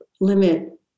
limit